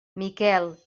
miquel